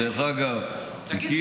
כן, להגיד שהם כשלו זה שמאל, קל.